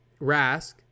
Rask